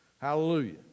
Hallelujah